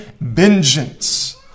vengeance